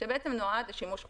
שנועד לשימוש חוזר,